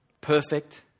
Perfect